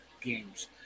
games